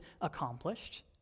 accomplished